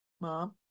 Mom